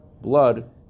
blood